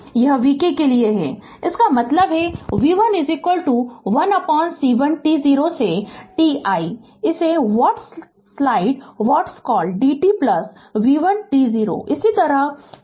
तो यह vk के लिए है इसका मतलब है v1 1C1 t0 से t i इसे व्हाट्सस्लाइड टाइमकॉल dt v1 t0